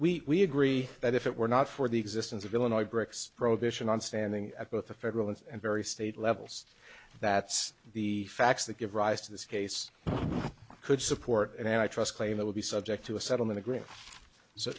costs we agree that if it were not for the existence of illinois bricks prohibition on standing at both the federal and very state levels that's the facts that give rise to this case could support and i trust claim that would be subject to a settlement agreement